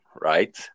right